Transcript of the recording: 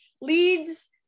leads